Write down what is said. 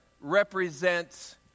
represents